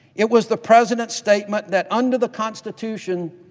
it was the president's statement that under the constitution,